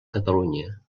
catalunya